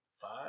five